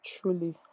truly